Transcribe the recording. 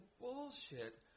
bullshit